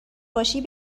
باشی